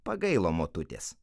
pagailo motutės